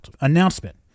announcement